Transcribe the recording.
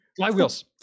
Flywheels